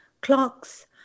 clocks